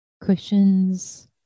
cushions